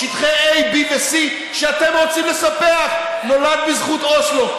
שטחי A, B ו-C שאתם רוצים לספח נולד בזכות אוסלו.